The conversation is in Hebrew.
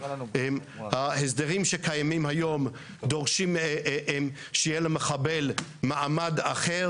ההסדרים שקיימים היום דורשים שיהיה למחבל מעמד אחר.